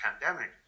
pandemic